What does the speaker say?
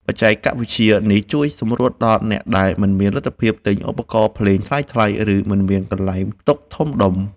បច្ចេកវិទ្យានេះជួយសម្រួលដល់អ្នកដែលមិនមានលទ្ធភាពទិញឧបករណ៍ភ្លេងថ្លៃៗ ឬ មិនមានកន្លែងផ្ទុកធំដុំ។